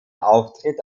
auftritt